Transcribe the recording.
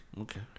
Okay